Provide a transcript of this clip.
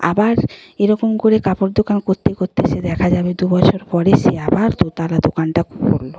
আবার এরকম করে কাপড় দোকান করতে করতে সে দেখা যাবে দুবছর পরে সে আবার দোতলা দোকানটা খুললো